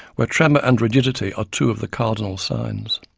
where tremor and rigidity are two of the cardinal signs.